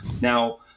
Now